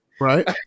Right